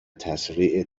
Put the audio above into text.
تسریع